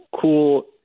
cool